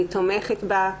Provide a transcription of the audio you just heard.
אני תומכת בה,